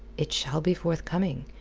it shall be forthcoming.